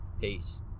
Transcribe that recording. peace